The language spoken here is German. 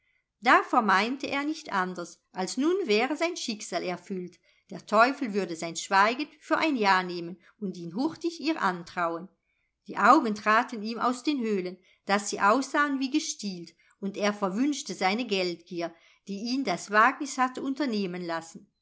da vermeinte er nicht anders als nun wäre sein schicksal erfüllt der teufel würde sein schweigen für ein ja nehmen und ihn hurtig ihr antrauen die augen traten ihm aus den höhlen daß sie aussahen wie gestielt und er verwünschte seine geldgier die ihn das wagnis hatte unternehmen lassen